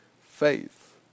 faith